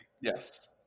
yes